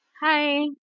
Hi